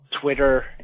Twitter